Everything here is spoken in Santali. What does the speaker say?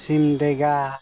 ᱥᱤᱢᱰᱮᱸᱜᱟ